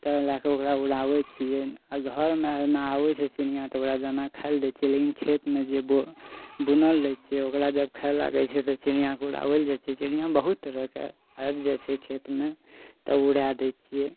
तै लऽ कऽ ओकरा उड़ाबै छियै आ घरमे ओहिमे आबै छै चिड़िआ तऽ ओकरा दाना खाय लए दै छियै लेकिन खेतमे जे बो बुनल लै छियै ओकरा जब खै जो लागै छै तऽ चिड़िआके उड़ाबै लऽ जाइ छै चिड़िया बहुत तरह के आइब जाइ छै खेत मे तब उड़ा दै छियै